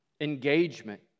Engagement